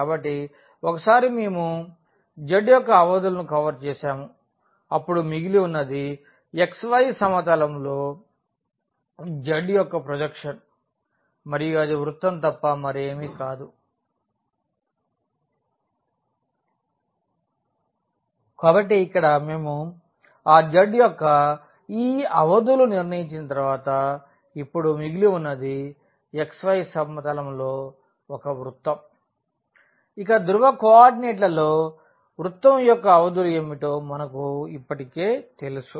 కాబట్టి ఒకసారి మేము z యొక్క అవధులను కవర్ చేసాము అప్పుడు మిగిలి ఉన్నది xy సమతలం లో z యొక్క ప్రొజెక్షన్ మరియు అది వృత్తం తప్ప మరేమీ కాదు కాబట్టి ఇక్కడ మేము ఆ z యొక్క ఈ అవధులు నిర్ణయించిన తర్వాత ఇప్పుడు మిగిలి ఉన్నది xy సమతలం లో ఒక వృత్తం ఇక ధ్రువ కోఆర్డినేట్లలో వృత్తం యొక్క అవధులు ఏమిటో మనకు ఇప్పటికే తెలుసు